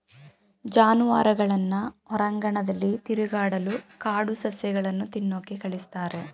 ಜಾನುವಾರುಗಳನ್ನ ಹೊರಾಂಗಣದಲ್ಲಿ ತಿರುಗಾಡಲು ಕಾಡು ಸಸ್ಯಗಳನ್ನು ತಿನ್ನೋಕೆ ಕಳಿಸ್ತಾರೆ